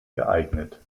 geeignet